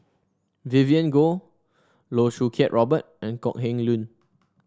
Vivien Goh Loh Choo Kiat Robert and Kok Heng Leun